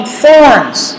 thorns